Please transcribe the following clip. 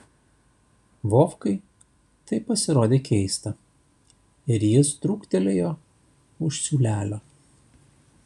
vovkai tai pasirodė keista ir jis trūktelėjo už siūlelio